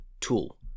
tool